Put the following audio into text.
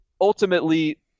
ultimately